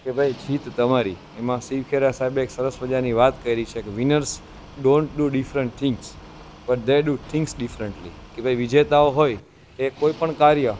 કે ભાઈ જીત તમારી ખરી એમાં શિવ ખેરા સાહેબે એક સરસ મજાની વાત કરી છે કે winners don't do different things but they do things differently કે ભાઈ વિજેતા હોય એ કોઈ પણ કાર્ય